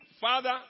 Father